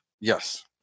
Yes